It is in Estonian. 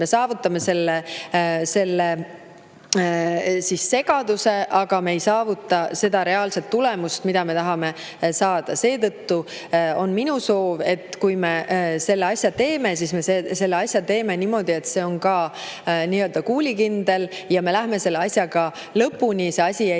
Me saavutame suure segaduse, aga me ei saavuta reaalset tulemust, mida me tahame saada. Seetõttu on minu soov, et kui me selle asja teeme, siis me selle asja teeme niimoodi, et see on nii-öelda kuulikindel ja me läheme sellega lõpuni, see asi ei